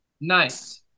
nice